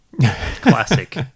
Classic